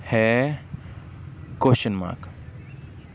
ਹੈ question mark